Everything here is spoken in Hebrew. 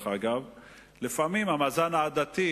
לפעמים המאזן העדתי